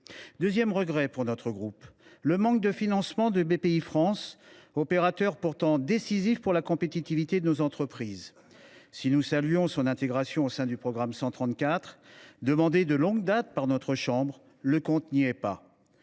Notre groupe déplore également le manque de financement de Bpifrance, opérateur pourtant décisif pour la compétitivité de nos entreprises. Si nous saluons son intégration au sein du programme 134, qui était demandée de longue date par notre chambre, le compte n’y est pas.